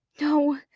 No